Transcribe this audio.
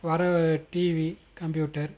வர TV computer